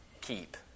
keep